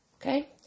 Okay